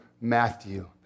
Matthew